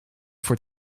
voor